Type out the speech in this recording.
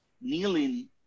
kneeling